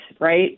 right